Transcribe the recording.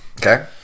Okay